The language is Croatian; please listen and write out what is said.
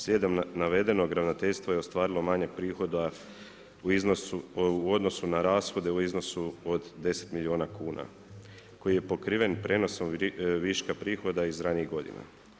Slijedom navedenog ravnateljstvo je ostvarilo manjak prihoda u odnosu na rashode u iznosu od 10 milijuna kuna koji je pokriven prijenosom viška prihoda iz ranijih godina.